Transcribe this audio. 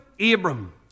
Abram